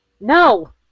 No